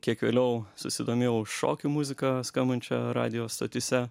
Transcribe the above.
kiek vėliau susidomėjau šokių muzika skambančia radijo stotyse